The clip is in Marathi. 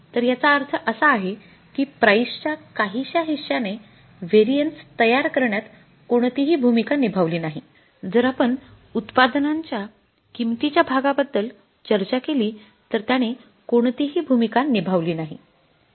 तर याचा अर्थ असा आहे की प्राइस च्या काहीश्या हिश्याने व्हेरिएन्सतयार करण्यात कोणतीही भूमिका निभावली नाही जर आपण उत्पादनांच्या किंमतीच्या भागाबद्दल चर्चा केली तर त्याने कोणतीही भूमिका निभावली नाही